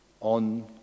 on